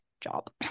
job